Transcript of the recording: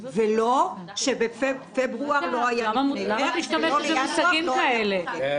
וזה לא שפברואר לא היה לפני זה וינואר